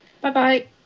Bye-bye